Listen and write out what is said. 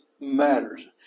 matters